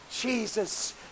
Jesus